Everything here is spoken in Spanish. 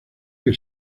que